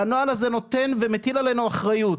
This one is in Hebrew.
הנוהל הזה נותן ומטיל עלינו אחריות,